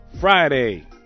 friday